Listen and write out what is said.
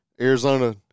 Arizona